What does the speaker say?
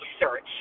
research